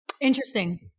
Interesting